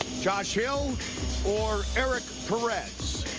josh hill or erik perez?